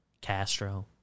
Castro